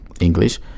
english